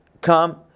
come